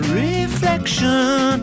reflection